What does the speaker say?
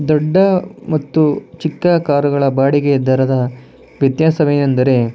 ದೊಡ್ಡ ಮತ್ತು ಚಿಕ್ಕ ಕಾರುಗಳ ಬಾಡಿಗೆ ದರದ ವ್ಯತ್ಯಾಸವೇನೆಂದರೆ